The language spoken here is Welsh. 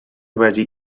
wedi